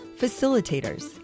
Facilitators